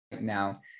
now